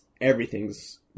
everything's